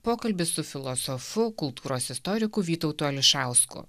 pokalbis su filosofu kultūros istoriku vytautu ališausku